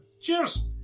Cheers